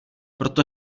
proto